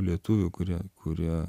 lietuvių kurie kurie